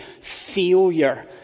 failure